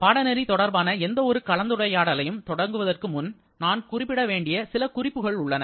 பாடநெறி தொடர்பான எந்தவொரு கலந்துரையாடலையும் தொடங்குவதற்கு முன் நான் குறிப்பிட வேண்டிய சில குறிப்புகள் உள்ளன